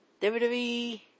WWE